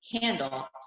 handle